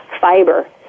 fiber